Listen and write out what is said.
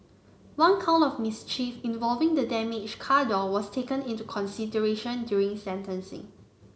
one count of mischief involving the damaged car door was taken into consideration during sentencing